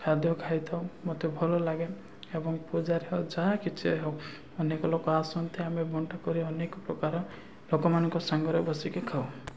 ଖାଦ୍ୟ ଖାଇଥାଉ ମୋତେ ଭଲ ଲାଗେ ଏବଂ ପୂଜାରେ ଯାହା କିଛି ହଉ ଅନେକ ଲୋକ ଆସନ୍ତି ଆମେ ବଣ୍ଟା କରି ଅନେକ ପ୍ରକାର ଲୋକମାନଙ୍କ ସାଙ୍ଗରେ ବସିକି ଖାଉ